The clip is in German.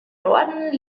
norden